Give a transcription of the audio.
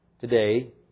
Today